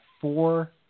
four